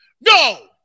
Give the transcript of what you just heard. No